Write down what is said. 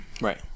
right